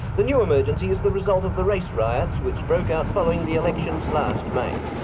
the new emergency is the result of the race riots which broke out following the elections last may.